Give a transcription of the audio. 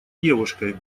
девушкой